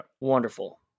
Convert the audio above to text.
wonderful